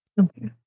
Okay